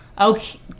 Okay